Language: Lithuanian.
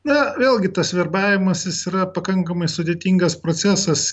na vėlgi tas verbavimas jis yra pakankamai sudėtingas procesas